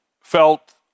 felt